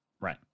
right